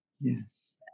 Yes